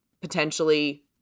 potentially –